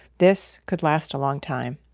this could last a long time.